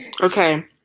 Okay